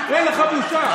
אין לך בושה?